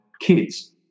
kids